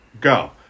Go